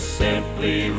simply